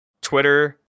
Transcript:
twitter